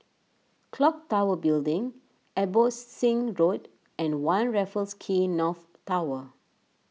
Clock Tower Building Abbotsingh Road and one Raffles Quay North Tower